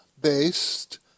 based